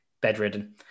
bedridden